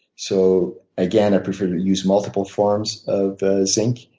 so again, i prefer to use multiple forms of zinc.